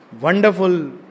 wonderful